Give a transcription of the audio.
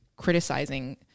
criticizing